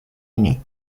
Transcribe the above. ini